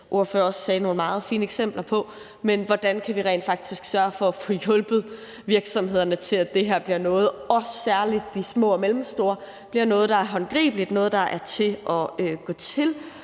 ordfører gav også nogle meget fine eksempler på, hvordan vi rent faktisk kan sørge for at få hjulpet virksomhederne til, at det her bliver noget, også for særlig de små og mellemstore, der er håndgribeligt, noget, der er til at gå til,